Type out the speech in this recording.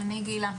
אני גילה.